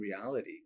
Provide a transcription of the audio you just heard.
reality